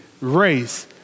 race